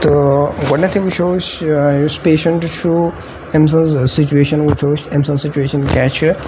تہٕ گۄڈنٮ۪تھٕے وٕچھو أسۍ یُس پیشنٹ چھُ أمۍ سٕنٛز سُچویشَن وٕچھو أسۍ أمۍ سٕنٛز سُچویشَن کیاہ چھِ